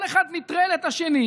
כל אחד נטרל את השני.